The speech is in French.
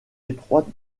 étroite